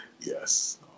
yes